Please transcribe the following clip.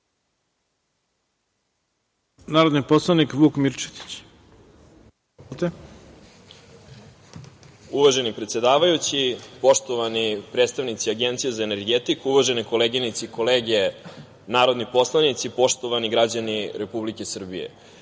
reč. **Vuk Mirčetić** Uvaženi predsedavajući, poštovani predstavnici Agencije za energetiku, uvažene koleginice i kolege narodni poslanici, poštovani građani Republike Srbije,